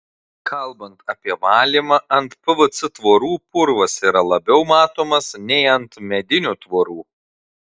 kalbant apie valymą ant pvc tvorų purvas yra labiau matomas nei ant medinių tvorų